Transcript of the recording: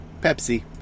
Pepsi